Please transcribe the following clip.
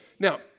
Now